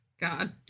God